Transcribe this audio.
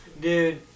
Dude